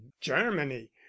germany